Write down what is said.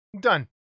Done